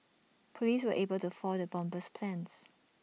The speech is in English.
Police were able to foil the bomber's plans